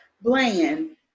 Bland